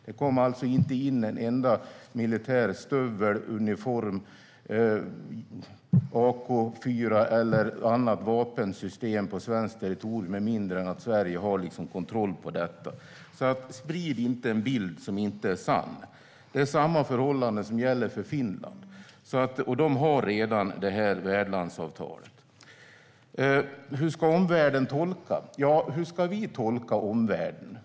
Det kommer alltså inte in en enda militär stövel, uniform, AK4 eller annat vapensystem på svenskt territorium med mindre än att Sverige har kontroll över det. Sprid inte en bild som inte är sann! Samma förhållande gäller för Finland, och de har redan detta värdlandsavtal. Stig Henriksson frågade hur omvärlden ska tolka detta. Men hur ska vi tolka omvärlden?